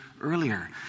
earlier